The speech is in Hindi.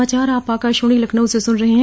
यह समाचार आप आकाशवाणी लखनऊ से सुन रहे हैं